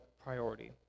priority